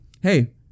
hey